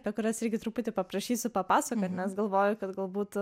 apie kurios irgi truputį paprašysiu papasakot nes galvoju kad galbūt